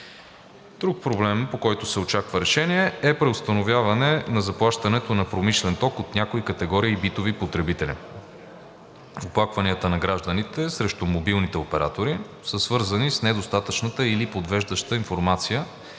Друг проблем, по който се очаква решение, е преустановяване на заплащането на промишлен ток от някои категории битови потребители. Оплакванията на гражданите срещу мобилните оператори са свързани с недостатъчната или подвеждаща информация